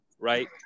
right